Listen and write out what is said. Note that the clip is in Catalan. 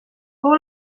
fou